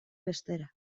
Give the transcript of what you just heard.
bestera